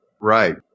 Right